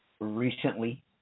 Recently